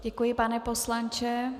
Děkuji, pane poslanče.